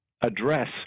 address